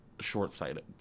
short-sighted